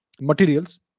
materials